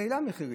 זה גם מחירים,